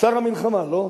שר המלחמה, לא?